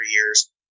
years